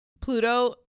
pluto